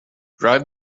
drive